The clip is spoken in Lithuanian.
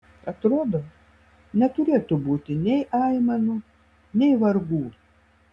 atrodo neturėtų būti nei aimanų nei vargų